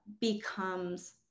becomes